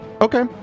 Okay